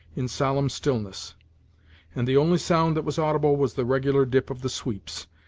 in solemn stillness and the only sound that was audible was the regular dip of the sweeps,